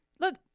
Look